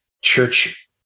church